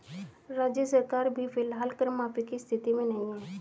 राज्य सरकार भी फिलहाल कर माफी की स्थिति में नहीं है